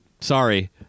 sorry